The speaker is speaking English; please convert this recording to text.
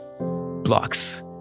blocks